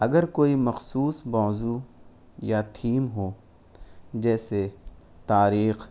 اگر کوئی مخصوص موضوع یا تھیم ہو جیسے تاریخ